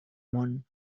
món